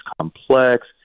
complex